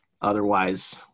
Otherwise